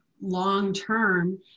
long-term